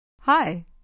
Hi